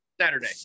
Saturday